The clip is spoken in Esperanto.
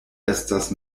estas